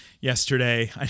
yesterday